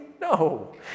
No